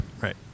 Right